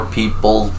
people